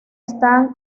están